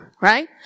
right